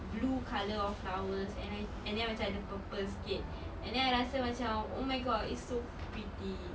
blue colour of flowers and I and then macam ada purple sikit and then I rasa macam oh my god it's so pretty